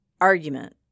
argument